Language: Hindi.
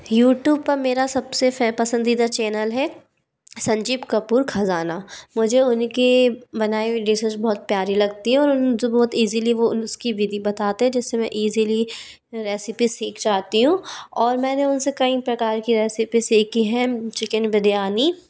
यूटूब पर मेरा सब से फे पसंदीदा चैनल है संजीव कपूर खज़ाना मुझे उनकी बनाई हुई डिसेज़ बहुत प्यारी लगती है और उन जो बहुत ईज़ली वो उसकी विधि बताते है जिस में मैं ईज़ली रेसिपी सीख जाती हूँ और मैंने उन से कई प्रकार की रेसिपी सीखी है चिकेन बिरयानी